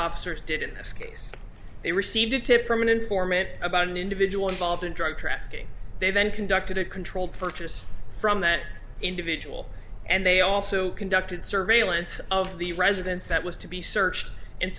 officers did in this case they received a tip from an informant about an individual involved in drug trafficking they then conducted a controlled purchase from that individual and they also conducted surveillance of the residence that was to be searched and